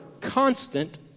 constant